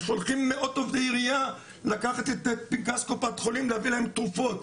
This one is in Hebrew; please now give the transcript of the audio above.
שולחים מאות עובדי עירייה לקחת את פנקס קופת חולים להביא להם תרופות.